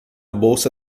bolsa